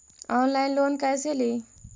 Online loan कैसे ली?